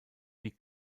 wie